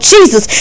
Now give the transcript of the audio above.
Jesus